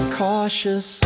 cautious